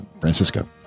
Francisco